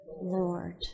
Lord